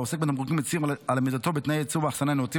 העוסק בתמרוקים יצהיר על עמידתו בתנאי ייצור ואחסנה נאותים,